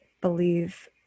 believe